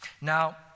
Now